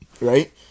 right